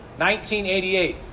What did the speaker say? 1988